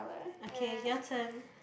okay your turn